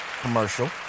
commercial